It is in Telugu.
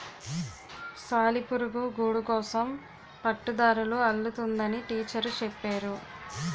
సాలిపురుగు గూడుకోసం పట్టుదారాలు అల్లుతుందని టీచరు చెప్పేరు